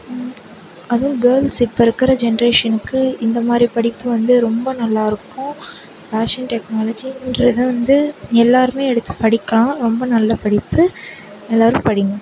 அதுவும் கேர்ள்ஸ் இப்போ இருக்கிற ஜென்ரேஷனுக்கு இந்தமாதிரி படிப்பு வந்து ரொம்ப நல்லாயிருக்கும் ஃபேஷன் டெக்னாலஜின்றது வந்து எல்லாருமே எடுத்து படிக்கலாம் ரொம்ப நல்ல படிப்பு எல்லாரும் படிங்க